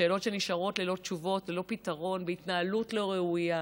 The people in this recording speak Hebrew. בשאלות שנשארות לא תשובות וללא פתרון ובהתנהלות לא ראויה,